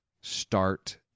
start